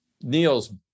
Neil's